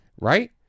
Right